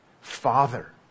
Father